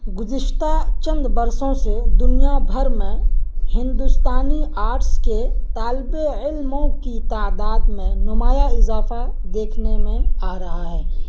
گزشتہ چند برسوں سے دنیا بھر میں ہندوستانی آرٹس کے طالب علموں کی تعداد میں نمایاں اضافہ دیکھنے میں آ رہا ہے